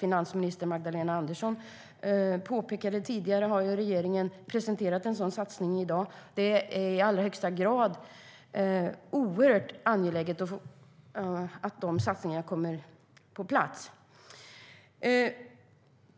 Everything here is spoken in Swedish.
finansminister Magdalena Andersson påpekade tidigare har regeringen presenterat en sådan satsning i dag. Det är i allra högsta grad angeläget att dessa satsningar kommer på plats.